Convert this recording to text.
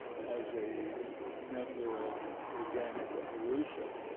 as a member of organic evolution,